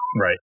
Right